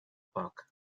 park